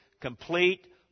complete